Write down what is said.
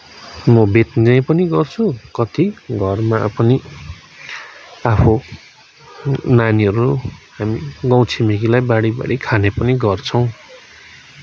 म बेच्ने पनि गर्छु कति घरमा पनि आफू नै आफू नानीहरू हामी गाउँ छिमेकीलाई बाँडि बाँडि खाने पनि गर्छौँ